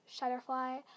Shutterfly